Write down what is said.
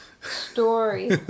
story